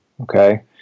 Okay